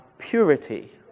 purity